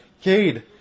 Cade